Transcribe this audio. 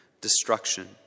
destruction